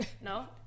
no